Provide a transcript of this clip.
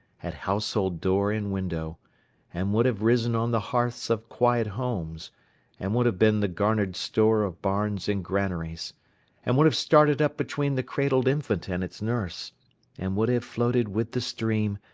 at household door and window and would have risen on the hearths of quiet homes and would have been the garnered store of barns and granaries and would have started up between the cradled infant and its nurse and would have floated with the stream,